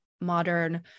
modern